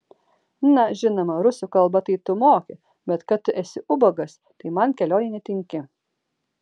na žinoma rusų kalbą tai tu moki bet kad tu esi ubagas tai man kelionei netinki